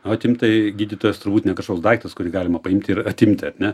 atimt tai gydytojas turbūt ne kažkoks daiktas kurį galima paimti ir atimti ar ne